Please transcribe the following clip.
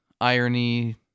irony